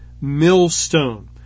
millstone